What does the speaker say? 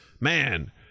man